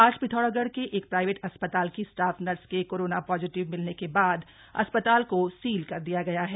आज पिथौरागढ़ के एक प्राइवेट अस्पताल की स्टाफ नर्स के कोरोना पॉजिटिव मिलने के बाद अस्पताल को सील कर दिया गया है